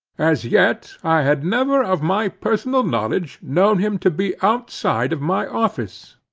as yet i had never of my personal knowledge known him to be outside of my office.